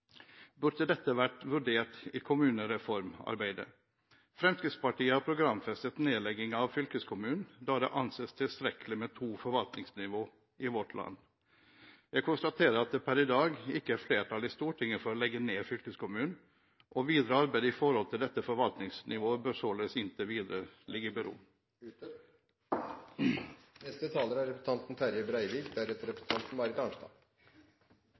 burde dette vært vurdert i kommunereformarbeidet. Fremskrittspartiet har programfestet nedlegging av fylkeskommunen, da det anses tilstrekkelig med to forvaltningsnivåer i vårt land. Jeg konstaterer at det per i dag ikke er flertall i Stortinget for å legge ned fylkeskommunen. Videre arbeid i forhold til dette forvaltningsnivået bør således inntil videre stilles i bero.